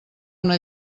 una